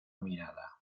mirada